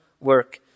work